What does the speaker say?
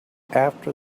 after